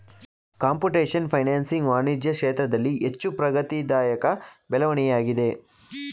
computation financing ವಾಣಿಜ್ಯ ಕ್ಷೇತ್ರದಲ್ಲಿ ಹೆಚ್ಚು ಪ್ರಗತಿದಾಯಕ ಬೆಳವಣಿಗೆಯಾಗಿದೆ